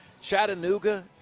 Chattanooga